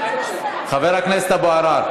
חבר הכנסת אבו עראר.